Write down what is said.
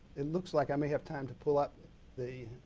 it looks like i may have time to pull up the